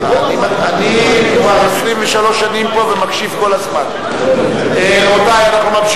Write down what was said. אני כבר 23 שנים פה ומקשיב כל הזמן, מ-1988,